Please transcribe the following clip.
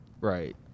Right